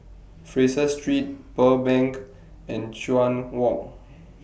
Fraser Street Pearl Bank and Chuan Walk